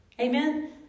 Amen